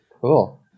Cool